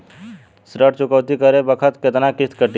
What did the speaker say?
ऋण चुकौती करे बखत केतना किस्त कटी?